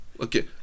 Okay